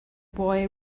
boy